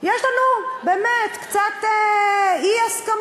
יש לנו באמת קצת אי-הסכמה,